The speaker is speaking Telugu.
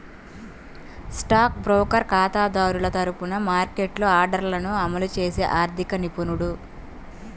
స్టాక్ బ్రోకర్ ఖాతాదారుల తరపున మార్కెట్లో ఆర్డర్లను అమలు చేసే ఆర్థిక నిపుణుడు